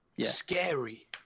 Scary